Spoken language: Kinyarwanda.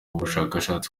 bushakashatsi